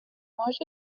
مارج